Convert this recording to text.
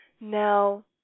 Now